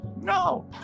No